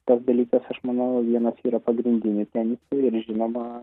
tas dalykas aš manau vienas yra pagrindinių tenise ir žinoma